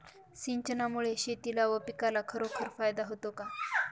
सिंचनामुळे शेतीला व पिकाला खरोखर फायदा होतो का?